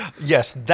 Yes